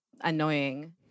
annoying